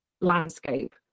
landscape